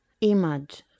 Image